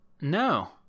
No